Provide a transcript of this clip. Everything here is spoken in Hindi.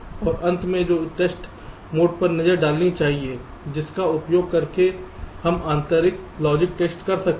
और अंत में हमें टेस्ट मोड पर नजर डालनी चाहिए जिसका उपयोग करके हम आंतरिक लॉजिक का टेस्ट कर सकते हैं